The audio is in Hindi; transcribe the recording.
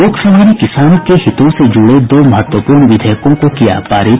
लोकसभा ने किसानों के हितों से जुड़े दो महत्वपूर्ण विधेयकों को किया पारित